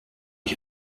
ich